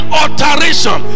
alteration